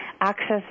access